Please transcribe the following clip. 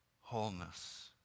wholeness